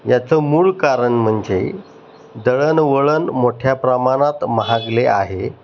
याचं मूळ कारण म्हणजे दळणवळण मोठ्या प्रमाणात महागले आहे